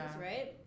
right